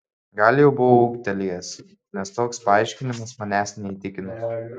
gal jau buvau ūgtelėjęs nes toks paaiškinimas manęs neįtikino